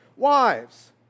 Wives